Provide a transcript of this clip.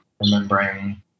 remembering